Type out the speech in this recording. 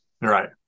Right